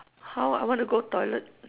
how I want to go toilet